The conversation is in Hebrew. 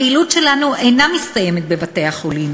הפעילות שלנו אינה מסתיימת בבתי-החולים,